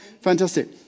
Fantastic